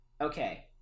okay